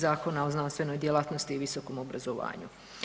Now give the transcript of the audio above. Zakona o znanstvenoj djelatnosti i visokom obrazovanju.